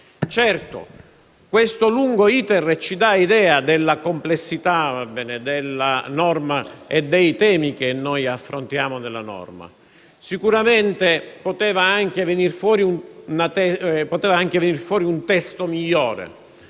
Certo, questo lungo *iter* ci dà idea della complessità della norma e dei temi che si affrontano con la stessa. Sicuramente poteva venire fuori anche un testo migliore.